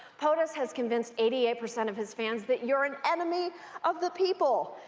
potus has convinced eighty eight percent of his fans that you're an enemy of the people.